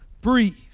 Breathe